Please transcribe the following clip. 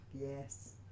Yes